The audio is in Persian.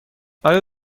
آیا